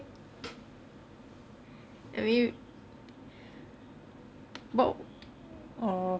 I mean but oh